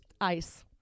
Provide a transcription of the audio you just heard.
ice